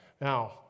Now